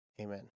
Amen